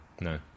no